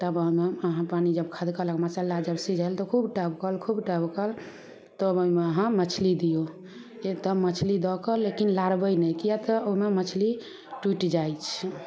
तब हमऽ जब पानि खदकऽलक तब मसल्ला जब सीझल तऽ खूब टभकल खूब टभकल तब ओहिमे अहाँ मछली दियौ किए तऽ मछली दऽ कऽ लेकिन लारबै नहि किए तऽ ओहिमे मछली टूटि जाइ छै